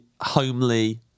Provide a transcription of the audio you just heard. homely